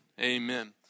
Amen